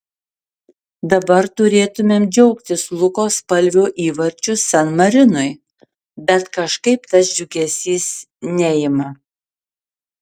dabar turėtumėm džiaugtis luko spalvio įvarčiu san marinui bet kažkaip tas džiugesys neima